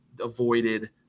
avoided